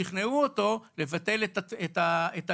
שכנעו אותו לבטל את הערעור.